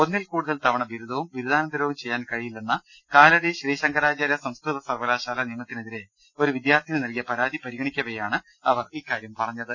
ഒന്നിൽ കൂടുതൽ തവണ ബിരുദവും ബിരുദാനന്തരവും ചെയ്യാൻ കഴിയില്ലെന്ന കാലടി ശ്രീ ശങ്കരാചാര്യ സംസ്കൃത സർവകലാശാല നിയമത്തിനെതിരെ ഒരു വിദ്യാർഥിനി നൽകിയ പരാതി പരിഗണിക്കവേയാണ് അവർ ഇക്കാര്യം പറഞ്ഞത്